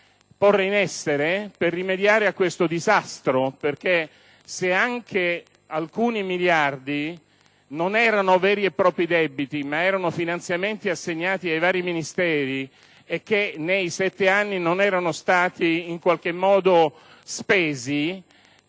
porre in essere per rimediare a questo disastro. Infatti, se anche alcuni di quei miliardi non erano veri e propri debiti, ma finanziamenti assegnati ai vari Ministeri che nei sette anni non erano stati spesi,